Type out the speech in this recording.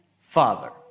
Father